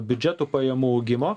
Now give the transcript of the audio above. biudžeto pajamų augimo